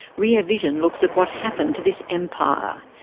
rear vision looks at what happened to this empire.